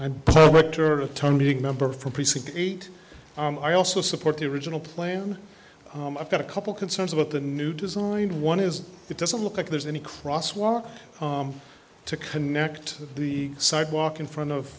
member from precinct eight i also support the original plan i've got a couple concerns about the new design one is it doesn't look like there's any crosswalk to connect the sidewalk in front of